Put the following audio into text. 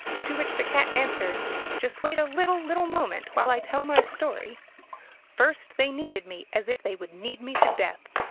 to which the cat answered just wait a little, little moment, while i tell my story first they kneaded me as if they would knead me to death.